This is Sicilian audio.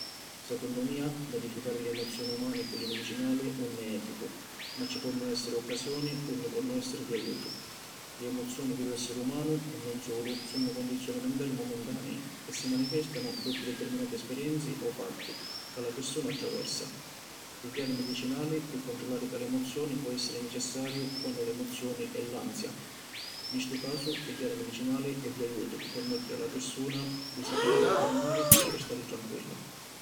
Secunnu mia modificari li emozioni umani cu li midicinali ‘un è eticu ma ci ponnu essiri occasioni unni ponnu essiri di ajutu. Li emozioni di lu essiri umanu (e 'un sulu) sunnu condizioni mentali momentanei e si manifestanu doppu determinati esperienzi o fatti ca la pirsuna attraversa. Pigghiari midicinali pi controllari tali emozioni pò essiri necessariu quannu l’emozioni è l’ansia. Ni ‘stu casu pigghiari midicinali è di ajutu pi permettiri a la pirsuna di si putiri carmari e stari tranquilla.